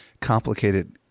complicated